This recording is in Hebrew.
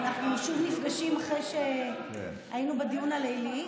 אנחנו שוב נפגשים אחרי שהיינו בדיון הלילי.